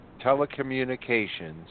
Telecommunications